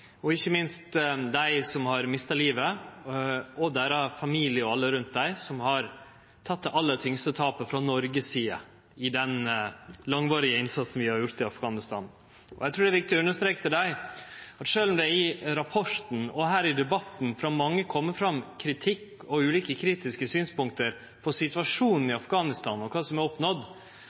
og ikkje minst dei som har mista livet, og deira familiar og alle rundt dei, som har lidd det aller tyngste tapet frå Noregs side i den langvarige innsatsen vi har gjort i Afghanistan. Eg trur det er viktig å understreke for dei at sjølv om det i rapporten, og her i debatten, frå mange kjem kritikk og ulike kritiske synspunkt på situasjonen i Afghanistan og på kva som er oppnådd,